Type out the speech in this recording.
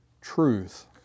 truth